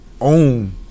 own